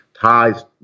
ties